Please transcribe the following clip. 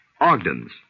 Ogden's